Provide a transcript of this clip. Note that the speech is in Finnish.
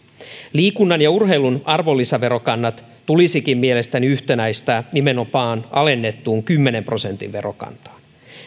liikunnan ja urheilun arvonlisäverokannat tulisikin mielestäni yhtenäistää nimenomaan alennettuun kymmenen prosentin verokantaan